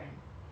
ya